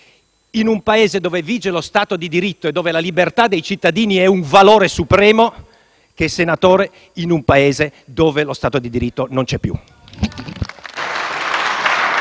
in un Paese dove vige lo Stato di diritto e dove la libertà dei cittadini è un valore supremo che senatore in un Paese dove lo Stato di diritto non c'è più.